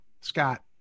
Scott